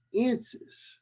answers